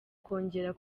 kongera